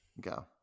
Go